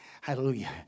Hallelujah